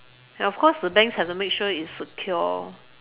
and of course the banks have to make sure it's secure